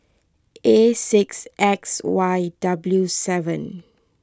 A six X Y W seven